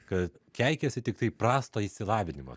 kad keikiasi tiktai prasto išsilavinimo